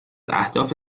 اهداف